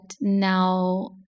now